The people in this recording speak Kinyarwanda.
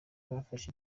bafashe